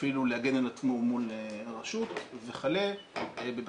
אפילו להגן על עצמו מול הרשות וכלה בבקשות